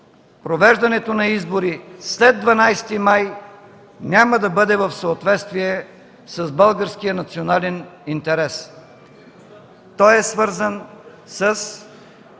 провеждането на избори след 12 май тази година няма да бъде в съответствие с българския национален интерес. Той е свързан с